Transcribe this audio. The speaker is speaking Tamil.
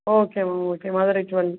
ஓகே மேம் ஓகே மதுரைக்கு வந்து